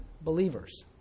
believers